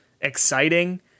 exciting